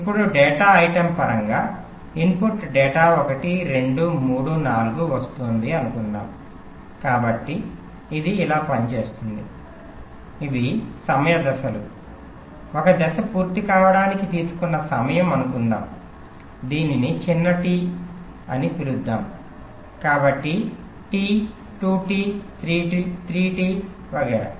ఇప్పుడు data item పరంగా input data ఒకటి రెండు మూడు నాలుగు వస్తోంది అని అనుకుందాం కాబట్టి ఇది ఇలా పనిచేస్తుంది ఇవి సమయ దశలు ఒక దశ పూర్తి కావడానికి తీసుకున్న సమయం అనుకుందాం దీనిని చిన్న t అని పిలుద్దాం కాబట్టి t 2t 3t వగైరా